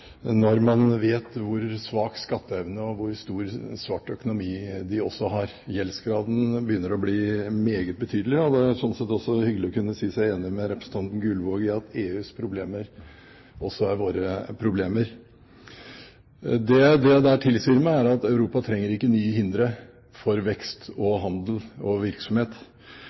når man vet hvor svak skatteevne og hvor stor svart økonomi de også har. Gjeldsgraden begynner å bli meget betydelig, og det er sånn sett også hyggelig å kunne si seg enig med representanten Gullvåg i at EUs problemer også er våre problemer. Det dette sier meg, er at Europa ikke trenger nye hindre for vekst, handel og virksomhet.